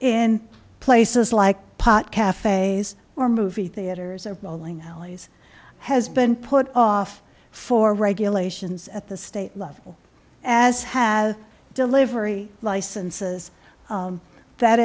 in places like pot cafes or movie theaters or bowling alleys has been put off for regulations at the state level as has delivery licenses that